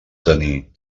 tenir